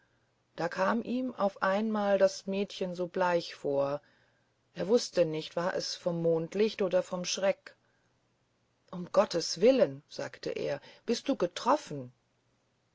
da kam ihm auf einmal das mädchen so bleich vor er wußte nicht war es vom mondlicht oder vom schreck um gottes willen sagte er bist du getroffen